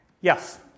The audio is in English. Yes